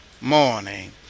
morning